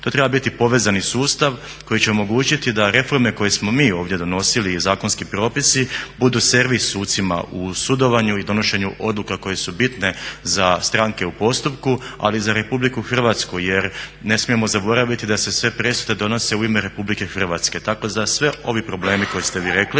to treba biti povezani sustav koji će omogućiti da reforme koje smo mi ovdje donosili i zakonski propisi budu servis sucima u sudovanju i donošenju odluke koje su bitne za stranke u postupku ali i za RH jer ne smijemo zaboraviti da se sve presude donose u ime RH. Tako da sve ovi problemi koji ste vi rekli,